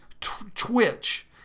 twitch